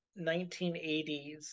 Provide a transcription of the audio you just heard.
1980s